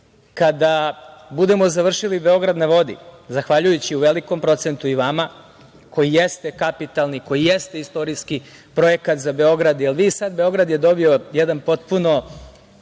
kada budemo završili „Beograd na vodi“, zahvaljujući u velikom procentu i vama, koji jeste kapitalni, koji jeste istorijski projekat za Beograd jer sada je Beograd dobio jedan potpuno